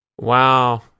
Wow